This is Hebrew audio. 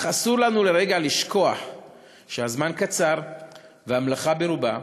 אך אסור לנו לשכוח לרגע שהזמן קצר והמלאכה מרובה,